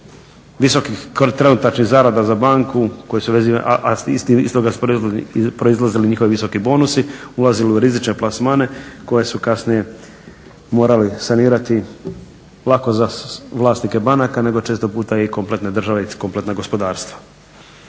visokih zarada za banku, a iz toga su proizlazili njihovi visoki bonusi ulazili u rizične plasmane koje su kasnije morali sanirati. Lako za vlasnike banaka nego često puta i kompletne države i kompletna gospodarstva.